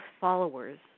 followers